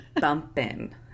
bumping